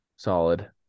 Solid